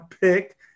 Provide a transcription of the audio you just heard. pick